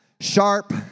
sharp